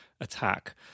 attack